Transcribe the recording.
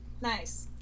nice